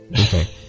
Okay